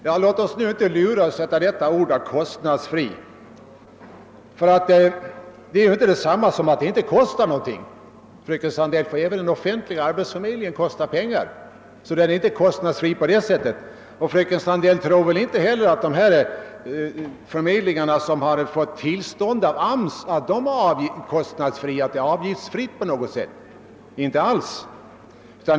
Vi skall inte låta lura oss av uttrycket kostnadsfri. Det betyder inte att förmedlingen inte kostar något. Även den offentliga arbetsförmedlingen kostar pengar, fröken Sandell, och den är alltså inte heller kostnadsfri. Och fröken Sandell tror väl inte att de här byråerna som har godkänts av AMS har en avgiftsfri förmedling. Inte alls.